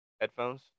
headphones